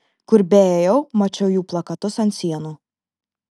kur beėjau mačiau jų plakatus ant sienų